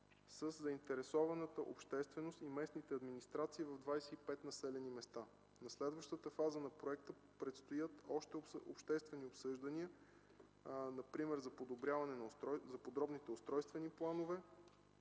със заинтересованата общественост и местните администрации в 25 населени места. В следващата фаза на проекта предстоят още обществени обсъждания, например за подробните устройствени планове